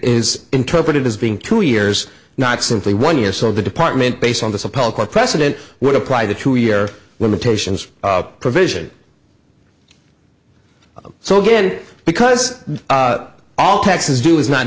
is interpreted as being two years not simply one year so the department based on the supreme court precedent would apply the two year limitations provision so again because all taxes do is not